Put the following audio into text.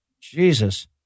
Jesus